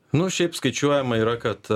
nu šiaip skaičiuojama yra kad